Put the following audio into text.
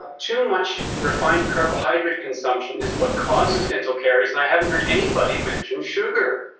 too much refined carbohydrate consumption is what causes dental caries and i haven't heard anybody mentioned sugar.